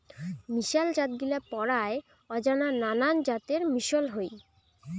মিশাল জাতগিলা পরায় অজানা নানান জাতের মিশল হই